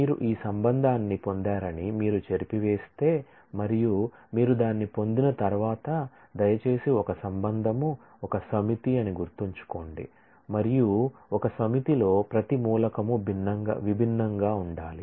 మీరు ఈ రిలేషన్ న్ని పొందారని మీరు చెరిపివేస్తే మరియు మీరు దాన్ని పొందిన తర్వాత దయచేసి ఒక రిలేషన్ ఒక సమితి అని గుర్తుంచుకోండి మరియు ఒక సమితిలో ప్రతి మూలకం విభిన్నంగా ఉండాలి